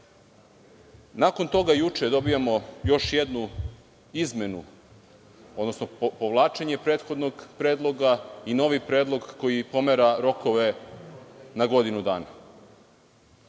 meseci. Juče dobijamo još jednu izmenu odnosno povlačenje prethodnog predloga i novi predlog koji pomera rokove na godinu dana. Nisam